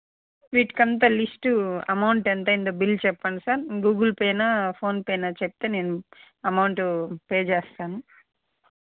వీటికి అంత list amount ఎంత అయింది బిల్ చెప్పండి సార్ గూగుల్ పే ఫోన్పే చెప్తే నేను అమౌంట్ పే చేస్తాను